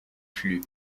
flux